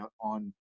on